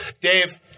Dave